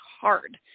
hard